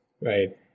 right